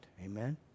Amen